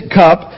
cup